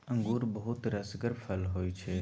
अंगुर बहुत रसगर फर होइ छै